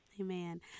Amen